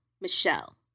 Michelle